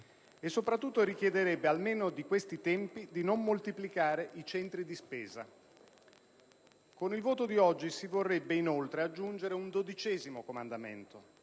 e soprattutto richiederebbe, almeno di questi tempi, di non moltiplicare i centri di spesa. Con il voto di oggi si vorrebbe inoltre aggiungere un dodicesimo comandamento,